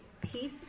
peace